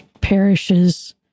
parishes